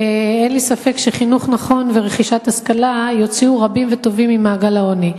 אין לי ספק שחינוך נכון ורכישת השכלה יוציאו רבים וטובים ממעגל העוני.